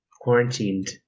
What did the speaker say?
quarantined